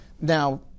Now